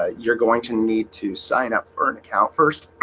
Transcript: ah you're going to need to sign up for an account first